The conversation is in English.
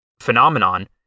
phenomenon